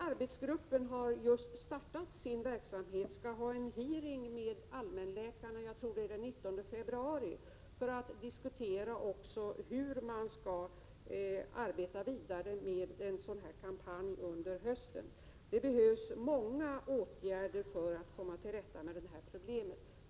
Arbetsgruppen har just startat sin verksamhet. Den skall ha en hearing med allmänläkare — jag tror att det är den 19 februari — för att diskutera hur man skall arbeta vidare med en kampanj under hösten. Det behövs många åtgärder för att komma till rätta med problemen.